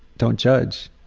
don't judge.